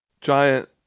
Giant